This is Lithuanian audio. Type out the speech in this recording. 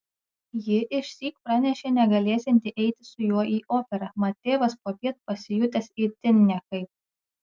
ji išsyk pranešė negalėsianti eiti su juo į operą mat tėvas popiet pasijutęs itin nekaip